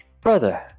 brother